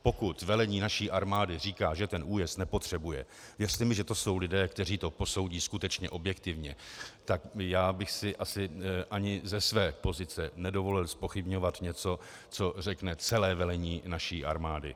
Pokud velení naší armády říká, že ten újezd nepotřebuje, věřte mi, že to jsou lidé, kteří to posoudí skutečně objektivně, tak já bych si ani ze své pozice nedovolil zpochybňovat něco, co řekne celé velení naší armády.